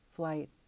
flight